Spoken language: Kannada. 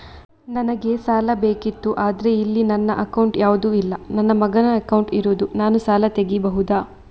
ನನಗೆ ಸಾಲ ಬೇಕಿತ್ತು ಆದ್ರೆ ಇಲ್ಲಿ ನನ್ನ ಅಕೌಂಟ್ ಯಾವುದು ಇಲ್ಲ, ನನ್ನ ಮಗನ ಅಕೌಂಟ್ ಇರುದು, ನಾನು ಸಾಲ ತೆಗಿಬಹುದಾ?